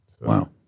wow